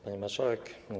Pani Marszałek!